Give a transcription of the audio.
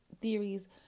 theories